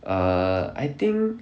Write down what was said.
err I think